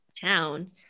town